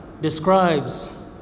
describes